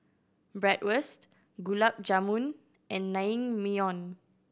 Bratwurst Gulab Jamun and Naengmyeon